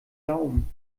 daumen